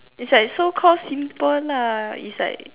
is like so call simple lah is like